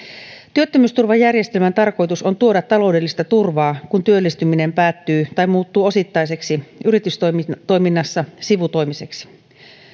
työttömyysturvajärjestelmän tarkoitus on tuoda taloudellista turvaa kun työllistyminen päättyy tai muuttuu osittaiseksi yritystoiminnassa sivutoimiseksi